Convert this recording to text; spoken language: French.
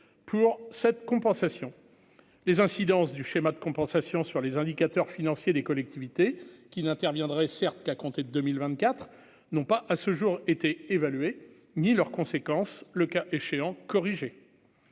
pour cette compensation, les incidences du schéma de compensation sur les indicateurs financiers des collectivités qui n'interviendrait certes qu'à compter de 2024, non pas à ce jour été évalué ni leurs conséquences, le cas échéant, corriger